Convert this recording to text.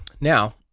Now